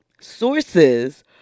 sources